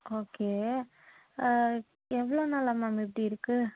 okay எவ்வளோ நாளாக ma'am இப்படி இருக்குது